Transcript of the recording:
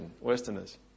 Westerners